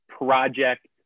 Project